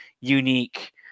unique